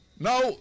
Now